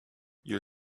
your